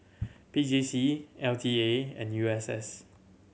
P J C L T A and U S S